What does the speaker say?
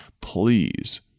please